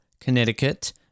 Connecticut